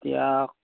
এতিয়া